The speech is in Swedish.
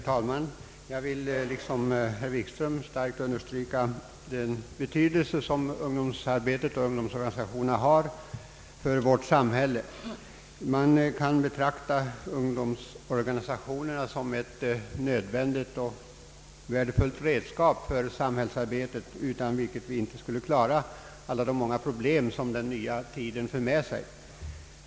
Herr talman! Jag vill liksom herr Wikström starkt understryka den betydelse ungdomsarbetet och ungdomsorganisationerna har för vårt samhälle. Man kan betrakta ungdomsorganisationerna såsom ett nödvändigt och värdefullt redskap för samhällsarbetet, utan vilket vi inte skulle kunna lösa alla de problem som den nya tiden för med sig.